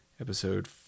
episode